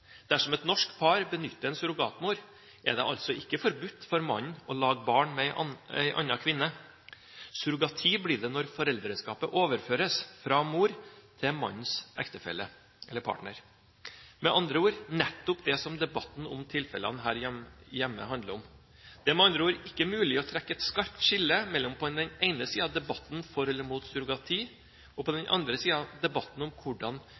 Dersom et norsk par benytter en surrogatmor, er det altså ikke forbudt for mannen å lage barn med en annen kvinne. Det blir surrogati når foreldreskapet overføres fra mor til mannens ektefelle eller partner. Med andre ord: Det er nettopp det debatten her hjemme handler om. Det er med andre ord ikke mulig å trekke et skarpt skille mellom på den ene siden debatten for eller imot surrogati og på den andre siden debatten om hvordan